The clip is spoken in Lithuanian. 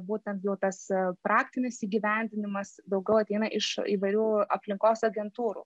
būtent jau tas praktinis įgyvendinimas daugiau ateina iš įvairių aplinkos agentūrų